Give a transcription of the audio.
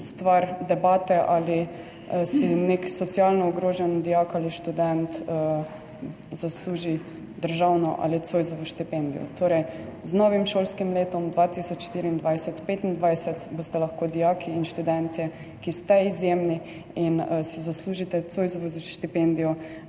nek socialno ogrožen dijak ali študent zasluži državno ali Zoisovo štipendijo. Torej, z novim šolskim letom 2024/2025 boste lahko dijaki in študentje, ki ste izjemni in si zaslužite Zoisovo štipendijo,